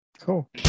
Cool